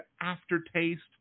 aftertaste